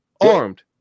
armed